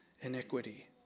iniquity